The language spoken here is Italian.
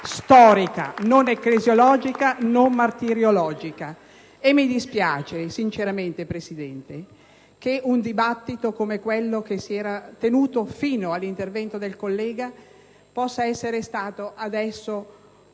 storica, non ecclesiologica, non martiriologica. *(Applausi dal Gruppo PD).* E mi dispiace, sinceramente, Presidente, che un dibattito come quello che si era tenuto fino all'intervento del collega possa essere stato adesso